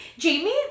Jamie